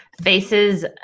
faces